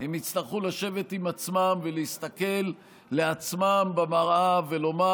הם יצטרכו לשבת עם עצמם ולהסתכל על עצמם במראה ולומר: